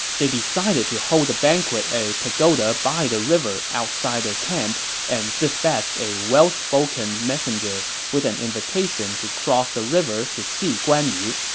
they decided to hold the banquet at a pagoda by the river outside their camp and dispatched a well-spoken messenger with an invitation to cross the river to see guan yu.